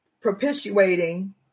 propitiating